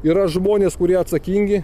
yra žmonės kurie atsakingi